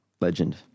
Legend